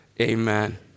Amen